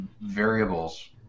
variables